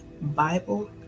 Bible